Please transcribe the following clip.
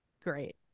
great